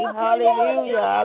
hallelujah